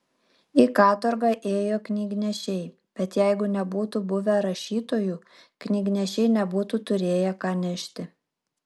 į katorgą ėjo knygnešiai bet jeigu nebūtų buvę rašytojų knygnešiai nebūtų turėję ką nešti